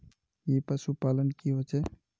ई पशुपालन की होचे?